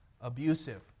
abusive